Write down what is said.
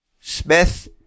Smith